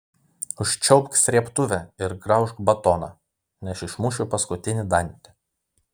užčiaupk srėbtuvę ir graužk batoną nes išmušiu paskutinį dantį